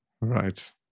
Right